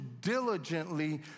diligently